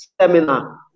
seminar